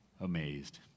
amazed